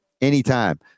anytime